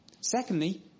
Secondly